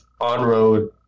on-road